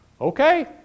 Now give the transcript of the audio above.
okay